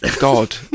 God